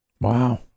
Wow